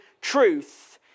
truth